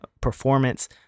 performance